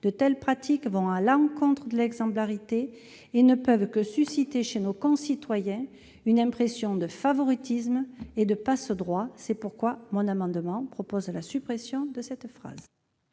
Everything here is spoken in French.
de telles pratiques vont à l'encontre de l'exemplarité et ne peuvent manquer de susciter, chez nos concitoyens, une impression de favoritisme et de passe-droit. C'est pourquoi, par cet amendement, je propose la suppression de cette phrase.